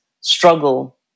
struggle